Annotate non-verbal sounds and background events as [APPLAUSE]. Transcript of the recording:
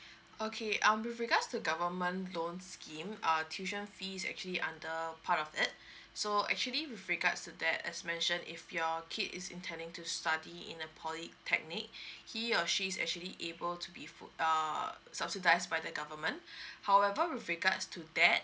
okay um with regards to government loan scheme uh tuition fee's actually under part of it so actually with regards to that as mention if your kid is intending to study in a polytechnic he or she is actually able to be full err subsidised by the government [BREATH] however with regards to that